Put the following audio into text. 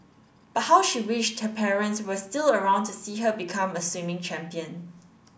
but how she wished her parents were still around to see her become a swimming champion